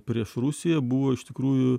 prieš rusiją buvo iš tikrųjų